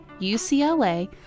UCLA